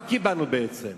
מה קיבלנו בעצם?